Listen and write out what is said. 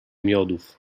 miodów